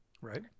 right